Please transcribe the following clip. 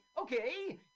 Okay